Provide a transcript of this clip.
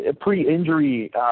pre-injury